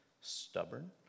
stubborn